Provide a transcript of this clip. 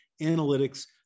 analytics